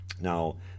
Now